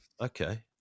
Okay